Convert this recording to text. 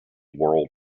world